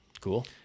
Cool